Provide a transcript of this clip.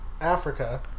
Africa